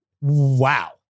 wow